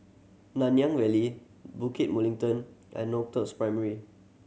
Nanyang Valley Bukit Mugliston and Northoaks Primary